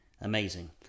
Amazing